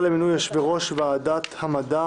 הרווחה והבריאות לוועדת העלייה,